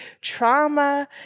trauma